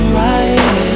right